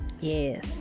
Yes